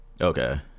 Okay